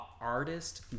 artist